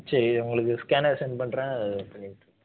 சரி இது உங்களுக்கு ஸ்கேனர் செண்ட் பண்ணுறேன் அதில் பண்ணிவிட்டுருங்க